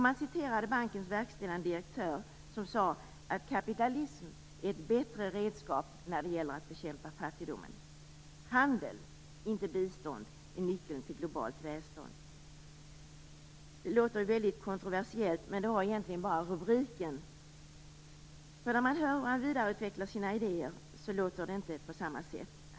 Man citerade bankens verkställande direktör, som sade att kapitalism är ett bättre redskap när det gäller att bekämpa fattigdomen. Handel, inte bistånd, är nyckeln till globalt välstånd. Det låter mycket kontroversiellt, men det var egentligen bara rubriken som var sådan. När man hör hur han vidareutvecklar sina idéer låter det inte på samma sätt.